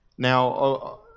Now